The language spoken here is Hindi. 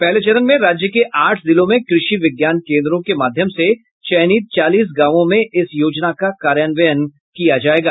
पहले चरण में राज्य के आठ जिलों में कृषि विज्ञान केन्द्रों के माध्यम से चयनित चालीस गांवों में इस योजना का कार्यान्वयन किया जायेगा